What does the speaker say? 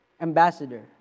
ambassador